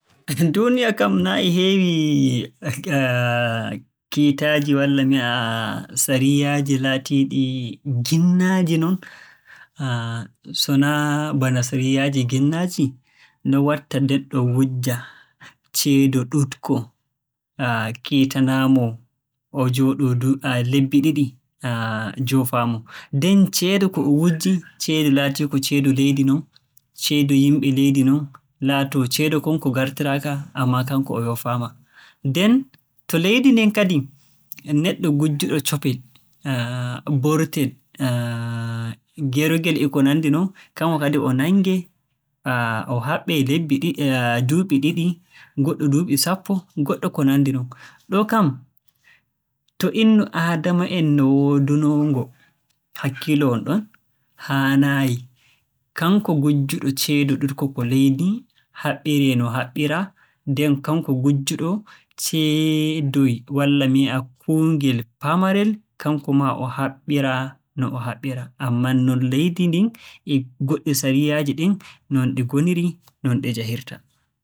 Mi annda ko mi faami noy on tuumata amma haa famande am ko on ƴami mi ɗo laara wodi gomnatiji bana je ammin sa'ego ɗum ɓe waddata dokaji feere feere ɗum a laarata bana wala nafu. Njonta wodi dooka ɗum ɓe waddi ni ammin yaake sali ɗum je wii'ata da irin kare ɗum goɗɗo hanndi waɗa be kare goɗɗo handay waɗa. Ɗo kam pat a laara na ɗum nafata himɓe on ba.